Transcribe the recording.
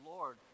Lord